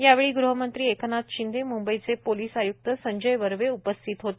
यावेळी गुहमंत्री एकनाथ शिंदे मुंबईचे पोलिस आय्क्त संजय बर्वे उपस्थित होते